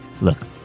Look